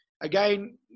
Again